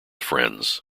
friends